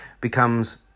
becomes